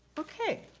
okay.